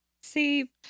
See